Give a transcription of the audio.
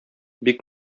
бик